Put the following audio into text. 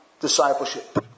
discipleship